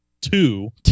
Two